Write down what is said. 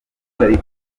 ariko